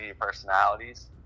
personalities